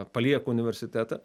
palieku universitetą